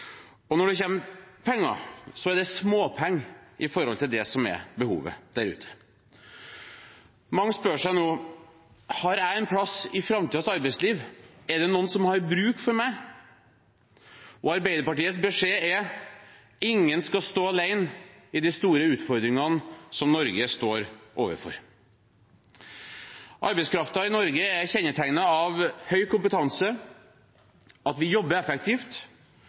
Og når det kommer penger, er det småpenger i forhold til det som er behovet der ute. Mange spør seg nå: Har jeg en plass i framtidens arbeidsliv? Er det noen som har bruk for meg? Arbeiderpartiets beskjed er: Ingen skal stå alene i de store utfordringene som Norge står overfor. Arbeidskraften i Norge er kjennetegnet av høy kompetanse, at vi jobber effektivt,